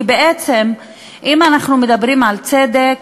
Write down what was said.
כי בעצם אם אנחנו מדברים על צדק,